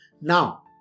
now